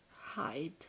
hide